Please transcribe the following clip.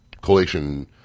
collation